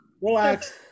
Relax